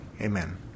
Amen